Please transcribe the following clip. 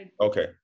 Okay